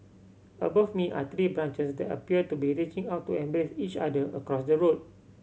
above me are tree branches that appear to be reaching out to embrace each other across the road